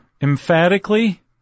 Emphatically